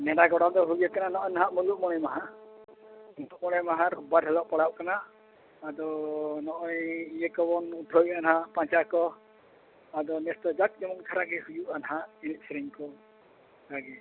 ᱱᱮᱰᱟ ᱜᱚᱴᱟ ᱫᱚ ᱦᱩᱭ ᱟᱠᱟᱱᱟ ᱱᱚᱜᱼᱚᱸᱭ ᱱᱟᱦᱟᱜ ᱢᱩᱞᱩᱜ ᱢᱚᱬᱮ ᱢᱟᱦᱟ ᱢᱚᱬᱮ ᱢᱟᱦᱟ ᱨᱳᱵᱽᱵᱟᱨ ᱦᱤᱞᱳᱜ ᱯᱟᱲᱟᱜ ᱠᱟᱱᱟ ᱟᱫᱚ ᱱᱚᱜᱼᱚᱸᱭ ᱤᱭᱟᱹ ᱠᱚᱵᱚᱱ ᱩᱴᱷᱟᱹᱣᱮᱜ ᱱᱟᱦᱟᱜ ᱯᱟᱸᱪᱟ ᱠᱚ ᱟᱫᱚ ᱱᱮᱥ ᱫᱚ ᱡᱟᱠᱡᱚᱢᱚᱜᱽ ᱫᱷᱟᱨᱟ ᱜᱮ ᱦᱩᱭᱩᱜᱼᱟ ᱱᱟᱦᱟᱜ ᱮᱱᱮᱡ ᱥᱮᱨᱮᱧ ᱠᱚ ᱚᱱᱠᱟᱜᱮ